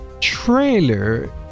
trailer